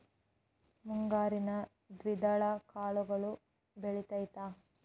ಮುಂಗಾರಿನಲ್ಲಿ ದ್ವಿದಳ ಕಾಳುಗಳು ಬೆಳೆತೈತಾ?